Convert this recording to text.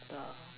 the